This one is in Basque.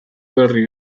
berri